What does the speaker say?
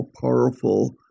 powerful